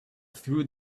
through